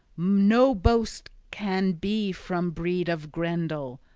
no boast can be from breed of grendel,